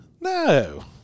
No